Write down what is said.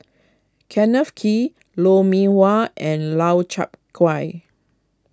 Kenneth Kee Lou Mee Wah and Lau Chiap Khai